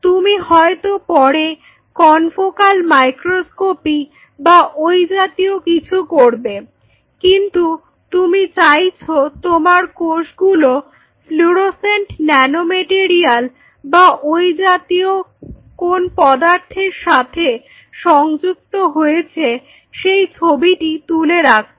তুমি হয়তো পরে কনফোক্যাল মাইক্রোস্কপি বা ওই জাতীয় কিছু করবে কিন্তু তুমি চাইছো তোমার কোষগুলো ফ্লুরোসেন্ট ন্যানোমেটেরিয়াল বা ঐজাতীয় কোন পদার্থের সাথে সংযুক্ত হয়েছে সেই ছবিটি তুলে রাখতে